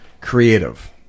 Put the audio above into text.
creative